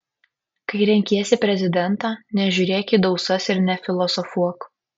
kai renkiesi prezidentą nežiūrėk į dausas ir nefilosofuok